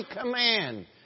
command